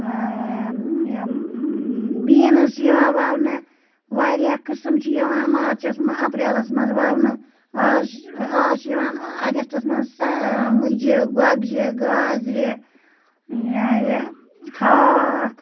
beans چھِ یِوان وَونہٕ واریاہ قٕسٕم چھِ یِوان مارچَس منٛز اپریلَس منٛز وَونہٕ آز آز چھِ یِوان اَگسٹَس منٛز سا مٔجہِ گۄگجہِ گازرِ یہِ ہا یہِ ہاکھ